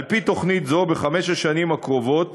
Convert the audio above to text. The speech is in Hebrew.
על-פי תוכנית זו, בחמש השנים הקרובות